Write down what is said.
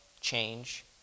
change